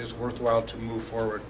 is worthwhile to move forward